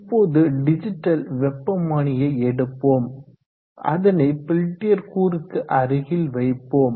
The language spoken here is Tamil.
இப்போது டிஜிட்டல் வெப்ப மானியை எடுப்போம் அதனை பெல்டியர் அமைப்புக்கு அருகில் வைப்போம்